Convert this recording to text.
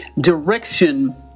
direction